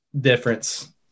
difference